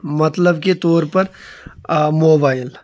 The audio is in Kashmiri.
مطلب کہِ طور پر موبایل